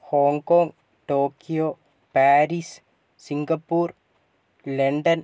Hong Kong Tokyo Paris Singapore London